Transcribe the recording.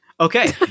Okay